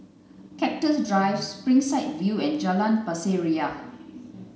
Cactus Drive Springside View and Jalan Pasir Ria